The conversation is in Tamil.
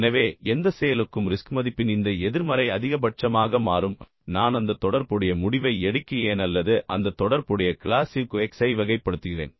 எனவே எந்த செயலுக்கும் ரிஸ்க் மதிப்பின் இந்த எதிர்மறை அதிகபட்சமாக மாறும் நான் அந்த தொடர்புடைய முடிவை எடுக்கிறேன் அல்லது அந்த தொடர்புடைய கிளாசிற்கு x ஐ வகைப்படுத்துகிறேன்